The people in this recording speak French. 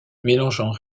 mélangeant